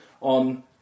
on